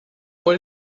fue